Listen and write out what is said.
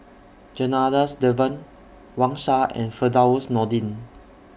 Janadas Devan Wang Sha and Firdaus Nordin